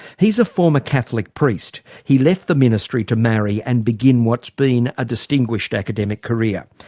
he's a former catholic priest. he left the ministry to marry and begin what's been a distinguished academic career.